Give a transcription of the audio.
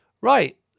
Right